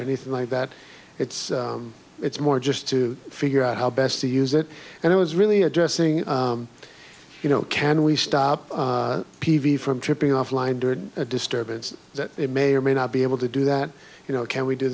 anything like that it's it's more just to figure out how best to use it and i was really addressing you know can we stop p v from tripping off line a disturbance that may or may not be able to do that you know can we do